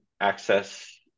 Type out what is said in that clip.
access